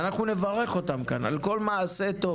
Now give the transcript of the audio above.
ואנחנו נברך אותם כאן על כל מעשה טוב